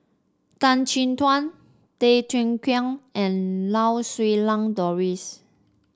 Tan Chin Tuan Tay Teow Kiat and Lau Siew Lang Doris